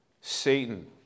Satan